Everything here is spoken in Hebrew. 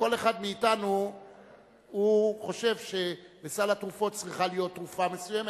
הרי כל אחד מאתנו חושב שבסל התרופות צריכה להיות תרופה מסוימת,